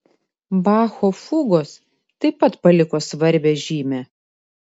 bacho fugos taip pat paliko svarbią žymę